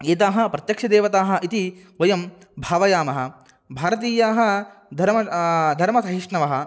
एताः प्रत्यक्षदेवताः इति वयं भावयामः भारतीयाः धर्मं धर्मसहिष्णवः